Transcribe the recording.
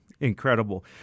Incredible